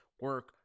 Work